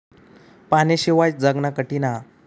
पाण्याशिवाय जगना कठीन हा